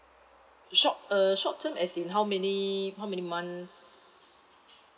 short uh short term as in how many how many months